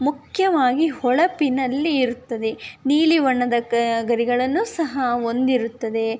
ಮುಖ್ಯವಾಗಿ ಹೊಳಪಿನಲ್ಲಿ ಇರ್ತದೆ ನೀಲಿ ಬಣ್ಣದ ಗರಿಗಳನ್ನು ಸಹ ಹೊಂದಿರುತ್ತದೆ